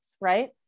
right